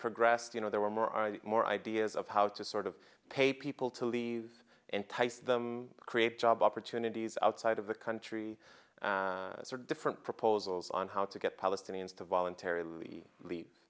progressed you know there were more i more ideas of how to sort of pay people to leave entice them create job opportunities outside of the country or different proposals on how to get palestinians to voluntarily leave